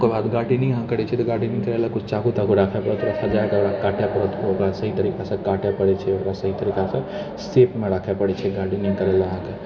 ओकर बाद गार्डेनिङ्ग अहाँकेँ करैत छियै तऽ गार्डेनिङ्गके लिए किछु चाकू ताकू राखय पड़त तब जाकऽ ओकरा काटै पड़त ओकरा सहि तरिकासँ काटै पड़ैत छै ओकरा सहि तरिकासँ शेपमे राखय पड़ैत छै गार्डेनिङ्ग करै लए अहाँकेँ